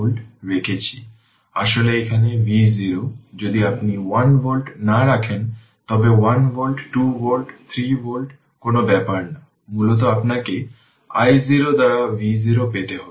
আসলে এখানে V0 যদি আপনি 1 ভোল্ট না রাখেন তবে 1 ভোল্ট 2 ভোল্ট 3 ভোল্ট কোন ব্যাপার না মূলত আপনাকে i0 দ্বারা V0 পেতে হবে